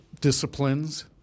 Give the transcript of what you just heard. disciplines